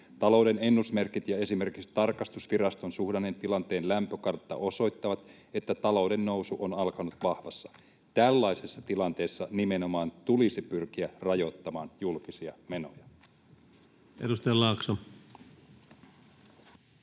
Talouden ennusmerkit ja esimerkiksi tarkastusviraston suhdannetilanteen lämpökartta osoittavat, että talouden nousu on alkanut vahvana. Tällaisessa tilanteessa nimenomaan tulisi pyrkiä rajoittamaan julkisia menoja.” [Speech